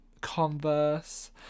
Converse